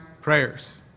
prayers